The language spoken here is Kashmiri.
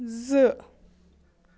زٕ